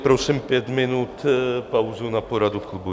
Prosím pět minut pauzu na poradu klubu.